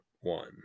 one